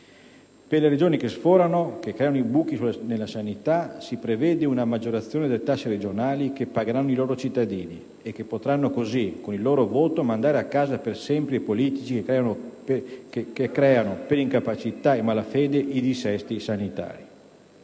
Per le Regioni che sforano, che creano i buchi nella sanità, si prevede una maggiorazione delle tasse regionali che ricadranno sui loro cittadini e che potranno pertanto, con il loro voto, mandare a casa per sempre i politici che creano per incapacità e malafede i dissesti sanitari.